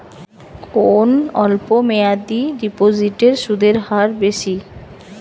কোন অল্প মেয়াদি ডিপোজিটের সুদের হার বেশি?